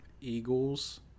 Eagles